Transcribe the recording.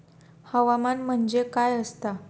हवामान म्हणजे काय असता?